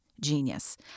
genius